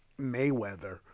mayweather